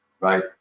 Right